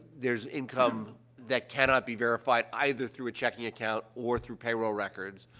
there's income that cannot be verified either through a checking account or through payroll records,